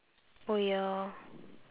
oh ya